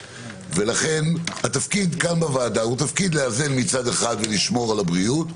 לכן התפקיד כאן בוועדה הוא תפקיד לאזן מצד אחד ולשמור על הבריאות,